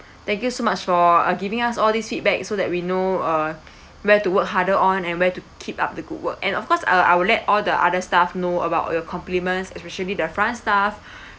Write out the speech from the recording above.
thank you so much for uh giving us all these feedback so that we know uh where to work harder on and where to keep up the good work and of course I'll I will let all the other staff know about your compliments especially the front staff